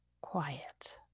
quiet